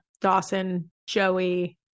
Dawson-Joey